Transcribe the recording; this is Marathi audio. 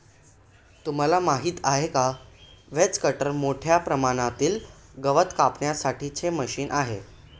तुम्हाला माहिती आहे का? व्हेज कटर मोठ्या प्रमाणातील गवत कापण्यासाठी चे मशीन आहे